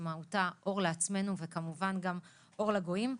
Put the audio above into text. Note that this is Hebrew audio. שמהותה אור לעצמנו וכמובן גם אור לגויים.